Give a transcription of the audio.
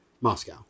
Moscow